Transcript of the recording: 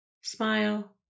Smile